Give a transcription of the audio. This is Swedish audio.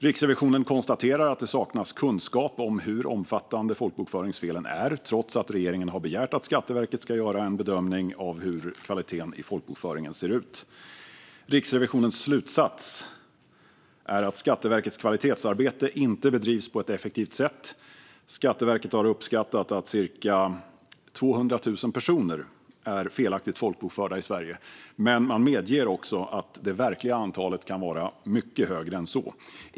Riksrevisionen konstaterar att det saknas kunskap om hur omfattande folkbokföringsfelen är, trots att regeringen har begärt att Skatteverket ska göra en bedömning av hur kvaliteten i folkbokföringen ser ut. Riksrevisionens slutsats är att Skatteverkets kvalitetsarbete inte bedrivs på ett effektivt sätt. Skatteverket har uppskattat att cirka 200 000 personer är felaktigt folkbokförda i Sverige, men man medger också att det verkliga antalet kan vara mycket högre än så.